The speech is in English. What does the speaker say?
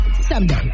someday